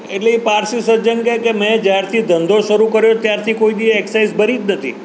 એટલે એ પારસી સજ્જન કહે કે મેં જ્યારથી ધંધો શરૂ કર્યો ત્યારથી કોઈ દી એક્સાઈઝ ભરી જ નથી